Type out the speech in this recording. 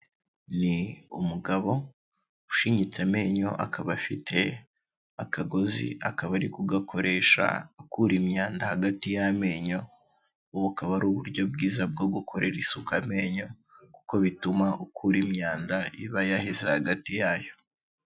Ni umugabo, ushinyitse amenyo, akaba afite akagozi, akaba ari kugakoresha akura imyanda hagati y'amenyo, ubu akaba ari uburyo bwiza bwo gukorera isuka amenyo, kuko bituma ukura imyanda, iba yaheze hagati yayo.